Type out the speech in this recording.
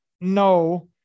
no